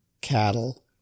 cattle